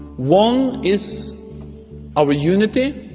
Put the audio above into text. one is our unity,